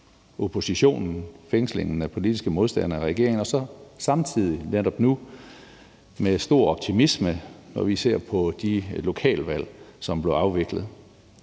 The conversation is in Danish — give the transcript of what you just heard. oppositionen, fængslingen af politiske modstandere af regeringen, og så samtidig netop nu med stor optimisme, og vi ser på de lokalvalg, som blev afviklet.